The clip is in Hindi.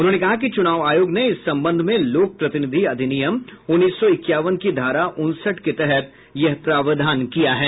उन्होंने कहा कि चुनाव आयोग ने इस संबंध में लोक प्रतिनिधि अधिनियम उन्नीस सौ इक्यावन की धारा उनसठ के तहत यह प्रावधान किया है